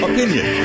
Opinion